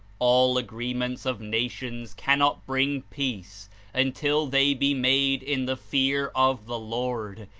all agree ments of nations cannot bring peace until they be made in the fear of the lord,